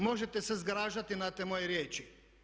Možete se zgražati na te moje riječi.